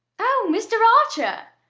oh, mr. archer!